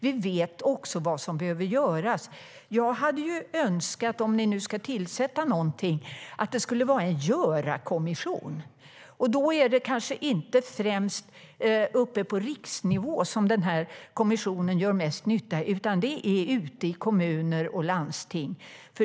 Vi vet också vad som behöver göras. Om ni nu ska tillsätta någonting hade jag önskat att det skulle vara en göra-kommission. Det är kanske inte främst uppe på riksnivå som en sådan kommission gör mest nytta, utan det är ute i kommuner och landsting.